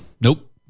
nope